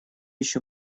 еще